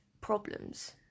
problems